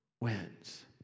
wins